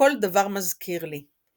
"כל דבר מזכיר לי".